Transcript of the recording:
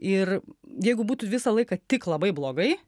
ir jeigu būtų visą laiką tik labai blogai